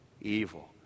evil